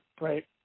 right